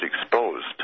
exposed